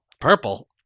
purple